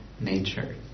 nature